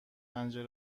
پنجره